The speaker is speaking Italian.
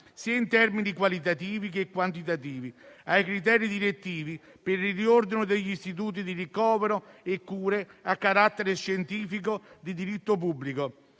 sia in termini qualitativi che quantitativi, ai criteri direttivi per il riordino degli istituti di ricovero e cura a carattere scientifico di diritto pubblico;